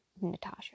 Natasha